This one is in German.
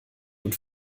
und